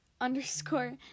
Underscore